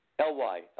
L-Y